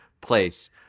place